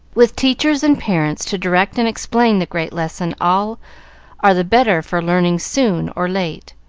with teachers and parents to direct and explain the great lesson all are the better for learning soon or late.